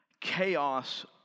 chaos